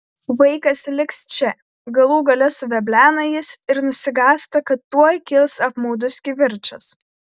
vaikas liks čia galų gale suveblena jis ir nusigąsta kad tuoj kils apmaudus kivirčas